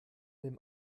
dem